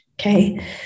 Okay